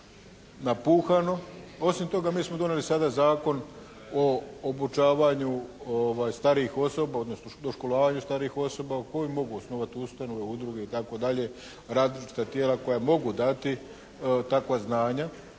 Osim toga mi smo donijeli sada Zakon o obučavanju starijih osoba odnosno doškolavanju starijih osoba koje mogu osnovati ustanove, udruge i tako dalje, različita tijela koja mogu dati takva znanja.